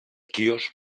quios